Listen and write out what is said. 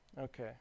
okay